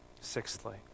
sixthly